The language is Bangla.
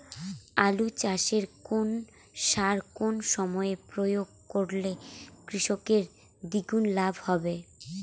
আলু চাষে কোন সার কোন সময়ে প্রয়োগ করলে কৃষকের দ্বিগুণ লাভ হবে?